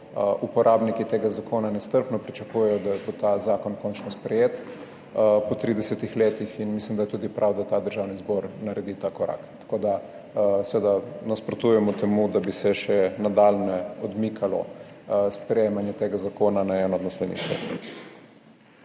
uporabniki tega zakona, nestrpno pričakujejo, da bo ta zakon končno sprejet po 30 letih. In mislim, da je tudi prav, da Državni zbor naredi ta korak. Seveda nasprotujemo temu, da bi se še nadalje odmikalo sprejemanje tega zakona na eno od naslednjih